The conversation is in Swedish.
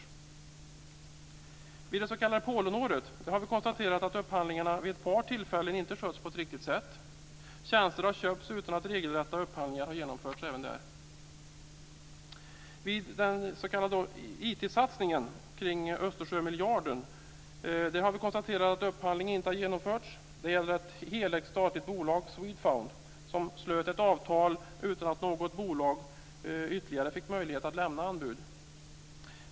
Vad beträffar det s.k. Polenåret har vi konstaterat att upphandlingarna vid ett par tillfällen inte skötts på ett riktigt sätt. Tjänster har även där köpts utan att regelrätta upphandlingar har genomförts. Vad gäller IT-satsningen i Östersjöområdet, den s.k. Östersjömiljarden, har vi konstaterat att upphandling inte har genomförts. Det gäller ett helägt statligt bolag, Swedfund, som slutit ett avtal utan att något ytterligare bolag fick möjlighet att lämna anbud.